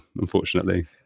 unfortunately